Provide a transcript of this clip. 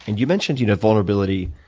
and you mentioned you know vulnerability